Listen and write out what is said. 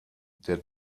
der